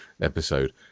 episode